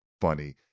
funny